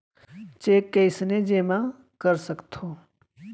Cheque कईसने जेमा कर सकथो?